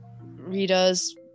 Rita's